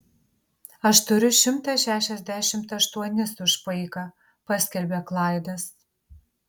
aš turiu šimtą šešiasdešimt aštuonis už paiką paskelbė klaidas